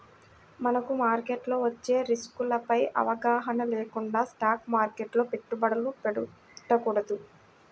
మనకు మార్కెట్లో వచ్చే రిస్కులపై అవగాహన లేకుండా స్టాక్ మార్కెట్లో పెట్టుబడులు పెట్టకూడదు